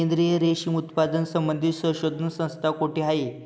केंद्रीय रेशीम उत्पादन संबंधित संशोधन संस्था कोठे आहे?